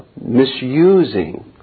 misusing